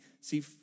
see